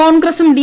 കോൺഗ്രസും ഡി